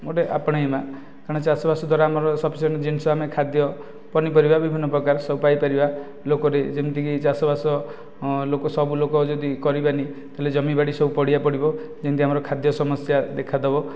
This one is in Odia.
ଗୋଟେ ଆପଣେଇବା କାରଣ ଚାଷ ବାସ ଦ୍ୱାରା ଆମର ସଫିସିଏଣ୍ଟ ଜିନିଷ ଆମେ ଖାଦ୍ୟ ପନିପରିବା ବିଭିନ୍ନ ପ୍ରକାର ସବୁ ପାଇ ପାରିବା ଲୋକଟାଏ ଯେମିତିକି ଚାଷ ବାସ ଲୋକ ସବୁ ଲୋକ ଯଦି କରିବାନି ତାହେଲେ ଜମି ବାଡ଼ି ସବୁ ପଡ଼ିଆ ପଡ଼ିବ ଯେମିତି ଆମର ଖାଦ୍ୟ ସମସ୍ୟା ଦେଖା ଦେବ